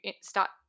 start